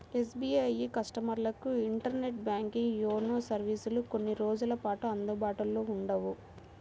SBI కస్టమర్లకు internet banking, YONO సర్వీసులు కొన్ని రోజుల పాటు అందుబాటులో ఉండవు